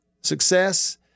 success